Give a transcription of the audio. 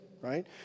right